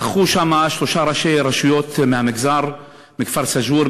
נכחו שם שלושה ראשי רשויות מהמגזר: מהכפר סאג'ור,